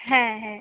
হ্যাঁ হ্যাঁ